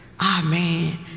Amen